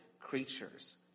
creatures